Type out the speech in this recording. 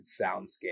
soundscape